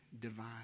divine